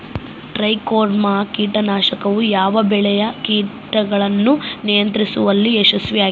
Trichoderma ಕೇಟನಾಶಕವು ಯಾವ ಬೆಳೆಗಳ ಕೇಟಗಳನ್ನು ನಿಯಂತ್ರಿಸುವಲ್ಲಿ ಯಶಸ್ವಿಯಾಗಿದೆ?